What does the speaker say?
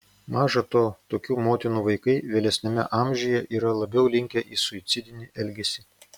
maža to tokių motinų vaikai vėlesniame amžiuje yra labiau linkę į suicidinį elgesį